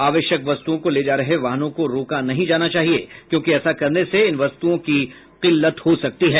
आवश्यक वस्तुओं को ले जा रहे वाहनों को रोका नहीं जाना चाहिए क्योंकि ऐसा करने से इन वस्तुओं की किल्लत हो सकती है